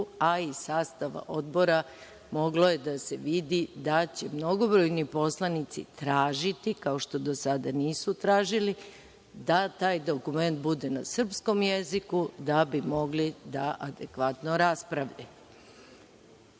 i iz sastava Odbora, moglo je da se vidi da će mnogobrojni poslanici tražiti, kao što do sada nisu tražili, da taj dokument bude na srpskom jeziku, da bi mogli da adekvatno raspravljaju. Ona